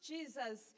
Jesus